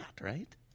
right